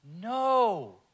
No